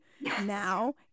now